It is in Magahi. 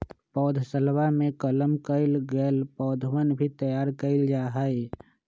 पौधशलवा में कलम कइल गैल पौधवन भी तैयार कइल जाहई